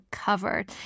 covered